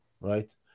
right